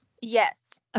Yes